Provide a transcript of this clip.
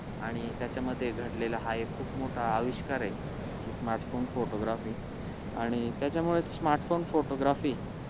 आणि त्याच्यामध्ये घडलेला हा एक खूप मोठा आविष्कार आहे की स्मार्टफोन फोटोग्राफी आणि त्याच्यामुळे स्मार्टफोन फोटोग्राफी